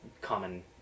common